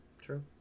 True